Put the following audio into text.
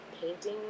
painting